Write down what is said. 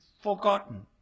forgotten